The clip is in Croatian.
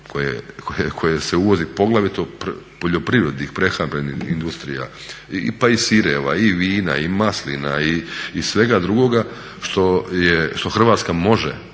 koje se uvozi, poglavito poljoprivrednih prehrambeni industrija, pa i sireva i vina i maslina i svega drugoga što Hrvatska može